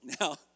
Now